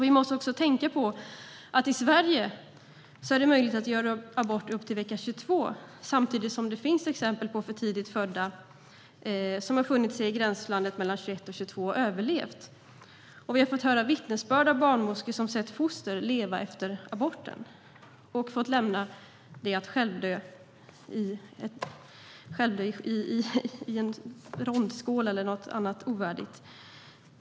Vi måste också tänka på att det i Sverige är möjligt att göra abort upp till vecka 22 samtidigt som det finns exempel på för tidigt födda som har befunnit sig i gränslandet mellan vecka 21 och 22 och överlevt. Vi har fått höra vittnesbörd av barnmorskor som sett foster leva efter aborten och fått lämna dem att självdö i en rondskål eller något annat ovärdigt.